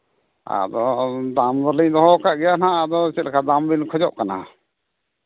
ᱟᱫᱚ ᱫᱟᱢ ᱫᱚᱞᱤᱧ ᱫᱚᱦᱚ ᱟᱠᱟᱫ ᱜᱮᱭᱟ ᱦᱟᱸᱜ ᱟᱫᱚ ᱪᱮᱫ ᱞᱮᱠᱟ ᱫᱟᱢ ᱵᱤᱱ ᱠᱷᱚᱡᱚᱜ ᱠᱟᱱᱟ